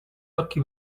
occhi